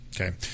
Okay